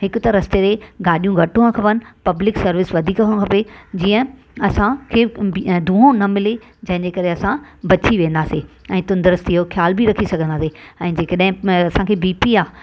हिकु त रस्ते ते गाॾियूं घटि हुअणु खपनि पब्लिक सर्विस वधीक हुअणु खपे जीअं असांखे बि दूंहों न मिले जंहिंजे करे असां बची वेंदासीं ऐं तंदुरुस्ती जो ख़्यालु बि रखंदासीं ऐं जे कॾहिं बि असांखे बी पी आहे